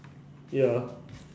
ya